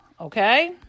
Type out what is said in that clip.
Okay